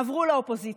עברו לאופוזיציה,